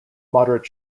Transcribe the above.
moderate